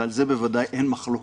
ועל זה בוודאי אין מחלוקת,